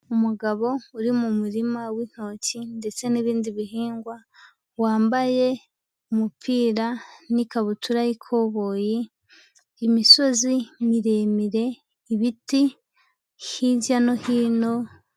Umugabo uri mu murima w'intoki ndetse n'ibindi bihingwa, wambaye umupira n'ikabutura y'ikoboyi imisozi miremire, ibiti hirya no hino.